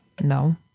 No